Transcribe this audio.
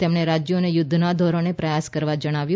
તેમણે રાજ્યોને યુધ્ધના ધોરણે પ્રયાસો કરવા જણાવ્યું